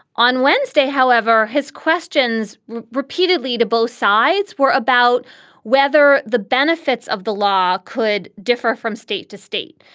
on wednesday, however, his questions repeatedly to both sides were about whether the benefits of the law could differ from state to state.